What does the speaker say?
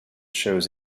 shows